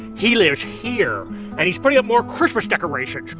he lives here and he's putting up more christmas decorations.